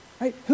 Right